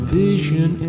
vision